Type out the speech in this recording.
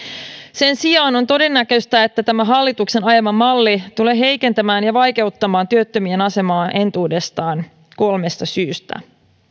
sen sijaan on todennäköistä että tämä hallituksen ajama malli tulee heikentämään ja vaikeuttamaan työttömien asemaa entuudestaan kolmesta syystä